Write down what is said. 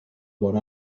bon